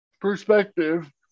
perspective